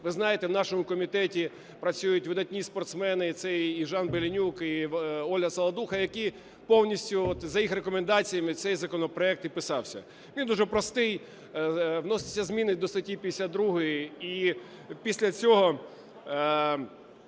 ви знаєте, в нашому комітеті працюють видатні спортсмени - це і Жан Беленюк, і Оля Саладуха, - які повністю, от за їх рекомендаціями цей законопроект і писався. Він дуже простий: вносяться зміни до статті 52. І після цього